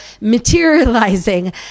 materializing